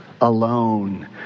Alone